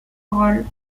rôle